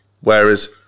Whereas